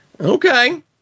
Okay